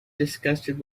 disgusted